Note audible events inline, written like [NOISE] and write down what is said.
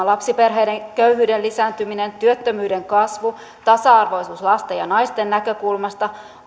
[UNINTELLIGIBLE] lapsiperheiden köyhyyden lisääntyminen työttömyyden kasvu tasa arvoisuus lasten ja naisten näkökulmasta